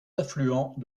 affluent